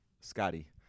Scotty